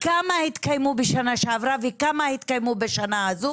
כמה התקיימו בשנה שעברה וכמה התקיימו בשנה הזו?